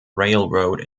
railroad